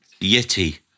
Yeti